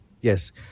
Yes